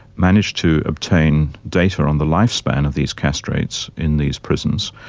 managed to obtain data on the lifespan of these castrates in these prisons,